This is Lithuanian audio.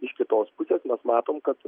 iš kitos pusės mes matom kad